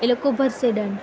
એ લોકો ભરશે દંડ